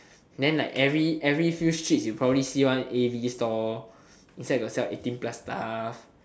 then like every every few street you probably see one a_v store inside probably sell those eighteen plus stuff